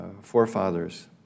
forefathers